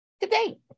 today